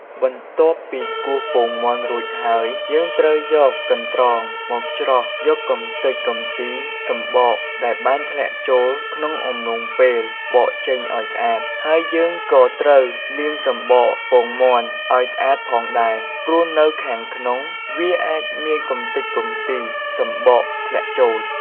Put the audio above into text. បន្ទាប់ពីគោះពងមាន់រួចហើយ យើងត្រូវយកកន្ត្រងមកច្រោះយកកម្ទេចកម្ទីសំបកដែលបានធ្លាក់ចូលក្នុងកំឡុងពេលបកចេញឲ្យស្អាត ហើយយើងក៏ត្រូវលាងសំបកពងមាន់ឲ្យស្អាតផងដែរ ព្រោះនៅខាងក្នុងវាអាចមានកម្ទេចកម្ទីសំបកធ្លាក់ចូល។